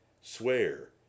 swear